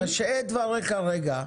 תשהה את דבריך רגע.